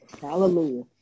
Hallelujah